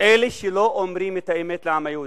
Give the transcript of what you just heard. אלה שלא אומרים את האמת לעם היהודי.